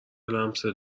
لمست